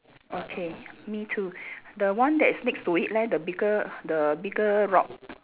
okay me too the one that is next to it leh the bigger the bigger rock